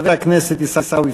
אחריה, חבר הכנסת עיסאווי